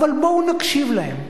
אבל בואו נקשיב להם.